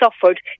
suffered